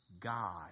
God